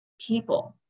people